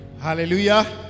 hallelujah